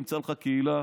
תמצא לך קהילה,